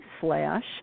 slash